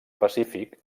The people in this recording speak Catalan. pacífic